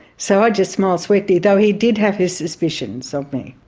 so i'd just smile sweetly though he did have his suspicions of me.